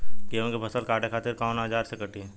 गेहूं के फसल काटे खातिर कोवन औजार से कटी?